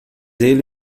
ele